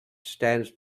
stands